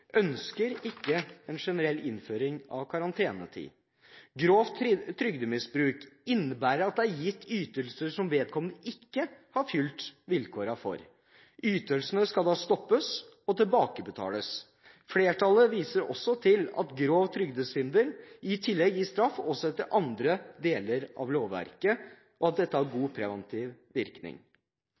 ønsker ikke en generell innføring av karantenetid. Grovt trygdemisbruk innebærer at det er gitt ytelser som vedkommende ikke har fylt vilkårene for. Ytelsene skal da stoppes og tilbakebetales. Flertallet viser også til at grov trygdesvindel i tillegg gir straff også etter andre deler av lovverket, og at dette har god preventiv virkning.